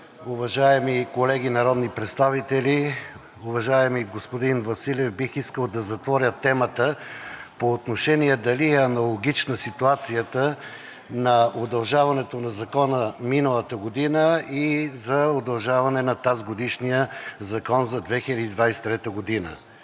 уважаеми колеги народни представители! Уважаеми господин Василев, бих искал да затворя темата по отношение дали е аналогична ситуацията на удължаването на Закона миналата година и за удължаване на тазгодишния закон за 2023 г.